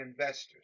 investors